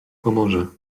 pomoże